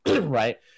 right